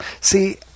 See